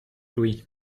louis